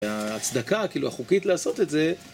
הצדקה החוקית לעשות את זה